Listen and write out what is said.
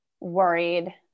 worried